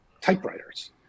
typewriters